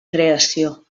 creació